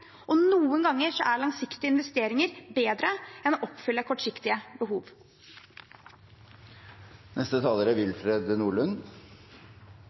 og noen ganger er langsiktige investeringer bedre enn å oppfylle kortsiktige behov. Det er